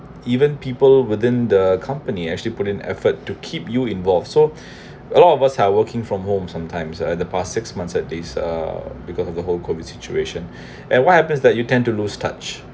even people within the company actually put in effort to keep you involved so a lot of us are working from home sometimes at the past six months at these uh because of the whole COVID situation and what happens that you tend to lose touch